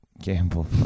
Gamble